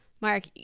Mark